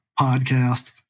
podcast